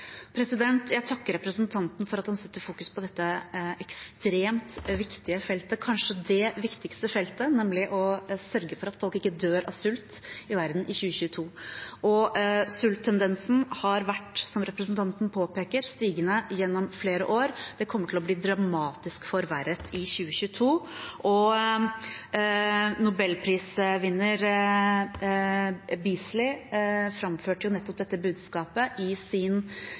Jeg takker representanten for at han vil fokusere på dette ekstremt viktige feltet – kanskje det viktigste feltet – nemlig å sørge for at folk ikke dør av sult i verden i 2022. Sulttendensen har, som representanten påpeker, vært stigende gjennom flere år. Den kommer til å bli dramatisk forverret i 2022. Nobelprisvinner Beasley framførte nettopp dette budskapet i sin